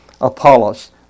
Apollos